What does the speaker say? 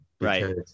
Right